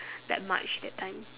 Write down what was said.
that much that time